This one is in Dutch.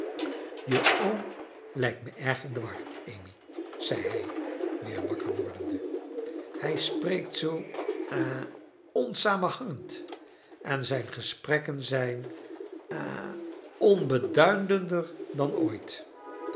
je oom lijkt me erg in de war amy zei hij weer wakker wordende hij spreekt zoo ha onsamenhangend en zijn gesprekken zijn ha onbeduidender dan ooit